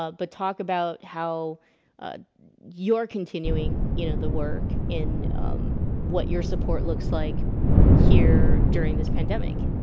ah but talk about how you're continuing, you know the work in what your support looks like here during this pandemic